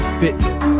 fitness